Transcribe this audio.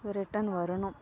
return வரணும்